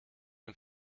dem